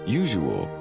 usual